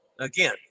Again